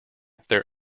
their